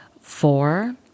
Four